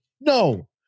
No